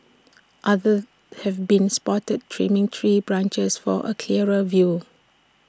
others have been spotted trimming tree branches for A clearer view